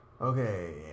Okay